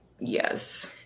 yes